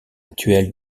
actuel